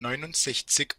neunundsechzig